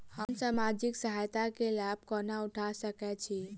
हम सामाजिक सहायता केँ लाभ कोना उठा सकै छी?